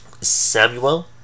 Samuel